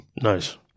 Nice